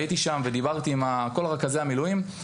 הייתי שם ודיברתי עם כל רכזי המילואים.